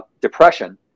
depression